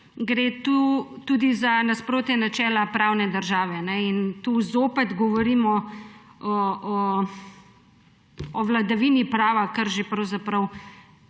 tu tudi za nasprotja načela pravne države. Tu zopet govorimo o vladavini prava. Že včeraj